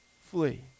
flee